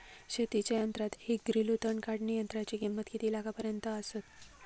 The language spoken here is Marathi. शेतीच्या यंत्रात एक ग्रिलो तण काढणीयंत्राची किंमत एक लाखापर्यंत आसता